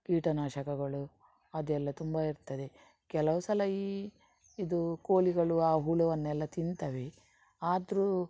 ಕೀಟ ನಾಶಕಗಳು ಅದೆಲ್ಲ ತುಂಬ ಇರ್ತದೆ ಕೆಲವು ಸಲ ಈ ಇದು ಕೋಳಿಗಳು ಆ ಹುಳುವನ್ನೆಲ್ಲ ತಿಂತವೆ ಆದರೂ